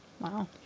Wow